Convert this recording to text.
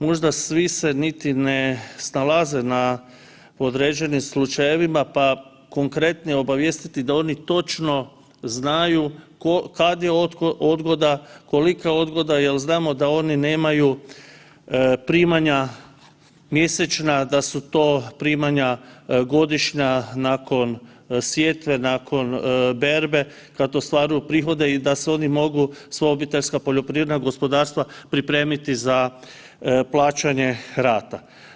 Možda svi se niti ne snalaze na određenim slučajevima pa konkretnije obavijestiti da oni točno znaju kad je odgoda, kolika odgoda jer znamo da oni nemaju primanja mjesečna, da su to primanja godišnja nakon sjetve, nakon berbe, kad ostvaruju prihode i da se oni mogu svoja OPG-ove pripremiti za plaćanje rata.